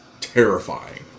terrifying